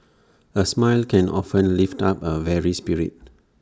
A smile can often lift up A weary spirit